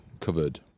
covered